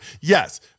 Yes